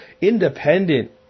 independent